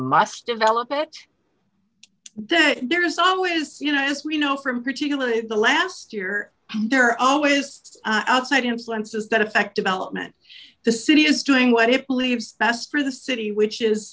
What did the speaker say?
must develop it though there is always you know as we know from particularly the last year there are always just outside influences that affect development the city is doing what it believes that's through the city which is